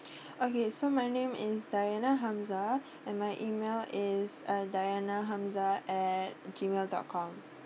okay so my name is diana Hamzah and my email is uh diana Hamzah at gmail dot com